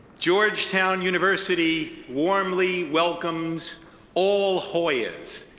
georgetown university warmly welcomes all hoyas,